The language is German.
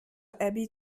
abby